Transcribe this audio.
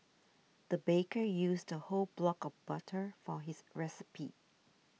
the baker used a whole block of butter for this recipe